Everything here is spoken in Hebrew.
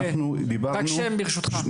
רק שם ברשותך.